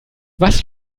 was